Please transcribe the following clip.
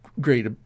great